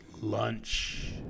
Lunch